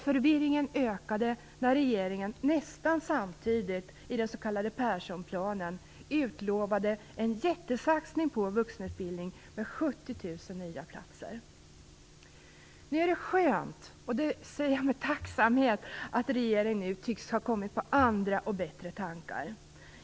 Förvirringen ökade när regeringen, nästan samtidigt, i den s.k. Perssonplanen, utlovade en jättesatsning på vuxenutbildning med 70 000 nya platser. Det är skönt att regeringen nu - och det säger jag med tacksamhet - tycks ha kommit på andra och bättre tankar.